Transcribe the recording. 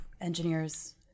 engineers